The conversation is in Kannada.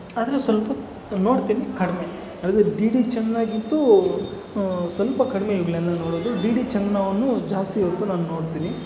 ಆದರೆ ಸ್ವಲ್ಪ ನೋಡ್ತೀನಿ ಕಡಿಮೆ ಆದರೆ ಡಿ ಡಿ ಚೆನ್ನಾಗಿತ್ತು ಸ್ವಲ್ಪ ಕಡಿಮೆ ಇವುಗಳನ್ನು ನೋಡೋದು ಡಿ ಡಿ ಚಾನೆಲ್ವನ್ನು ಜಾಸ್ತಿ ಹೊತ್ತು ನಾನು ನೋಡ್ತೀನಿ